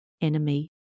enemy